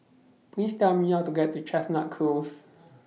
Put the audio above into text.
Please Tell Me How to get to Chestnut Close